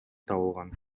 табылган